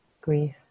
grief